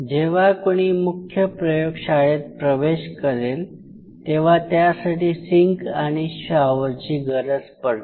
जेव्हा कुणी मुख्य प्रयोगशाळेत प्रवेश करेल तेव्हा त्यासाठी सिंक आणि शॉवर ची गरज पडते